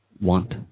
want